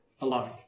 alone